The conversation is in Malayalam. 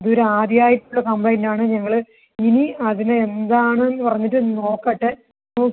ഇത് ഒരു ആദ്യമായിട്ടുള്ള കംപ്ലൈൻ്റ് ആണ് ഞങ്ങൾ ഇനി അതിന് എന്താണെന്ന് പറഞ്ഞിട്ട് നോക്കട്ടെ